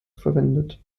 verwendet